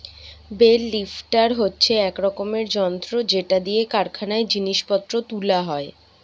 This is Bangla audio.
বেল লিফ্টার হচ্ছে এক রকমের যন্ত্র যেটা দিয়ে কারখানায় জিনিস পত্র তুলা হয়